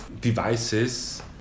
devices